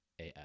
AF